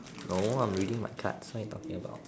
no I'm reading my cards what are you talking about